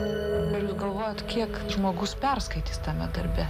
gal jūs galvojat kiek žmogus perskaitys tame darbe